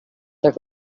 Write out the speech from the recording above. their